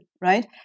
right